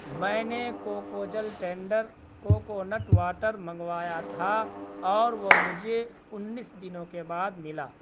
میں نے کوکو جل ٹینڈر کوکونٹ واٹر منگوایا تھا اور وہ مجھے انیس دنوں کے بعد ملا